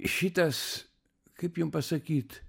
šitas kaip jum pasakyt